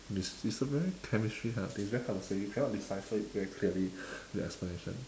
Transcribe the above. is is a very chemistry kind of thing it's very hard to say you cannot decipher it very clearly with explanation